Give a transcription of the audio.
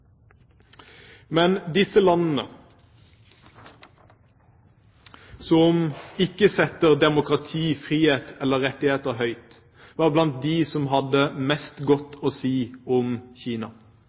Men disse landene, som ikke setter demokrati, frihet eller rettigheter høyt, var blant dem som hadde mest godt